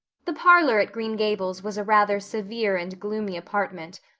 the parlor at green gables was a rather severe and gloomy apartment,